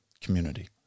community